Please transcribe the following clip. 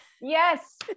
yes